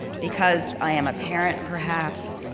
because i am a parent perhaps,